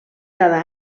cada